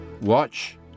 watch